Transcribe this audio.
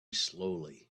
slowly